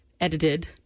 edited